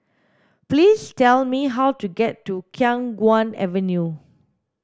please tell me how to get to Khiang Guan Avenue